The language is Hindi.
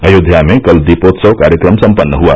अयोध्या में कल दीपोत्सव कार्यक्रम सम्पन्न हुआ